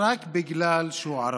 רק בגלל שהוא ערבי,